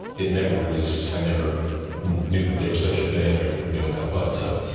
it never was i never knew that there was such a thing, or knew what that was. so,